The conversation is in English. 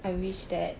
I wish that